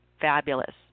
Fabulous